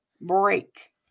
break